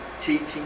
teaching